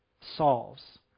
solves